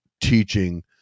teaching